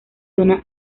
zona